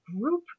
group